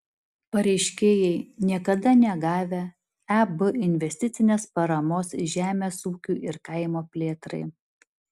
pareiškėjai niekada negavę eb investicinės paramos žemės ūkiui ir kaimo plėtrai